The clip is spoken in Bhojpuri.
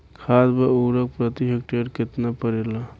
खाद व उर्वरक प्रति हेक्टेयर केतना परेला?